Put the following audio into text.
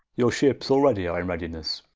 your ships alreadie are in readinesse.